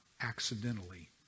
accidentally